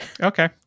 okay